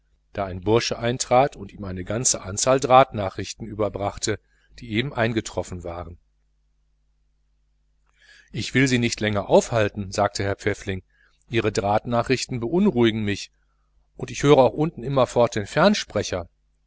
da ein bursche eintrat und ihm eine ganze anzahl telegramme überreichte die eben eingetroffen waren ich will sie nicht länger aufhalten sagte herr pfäffling ihre telegramme beunruhigen mich auch höre ich unten immerfort das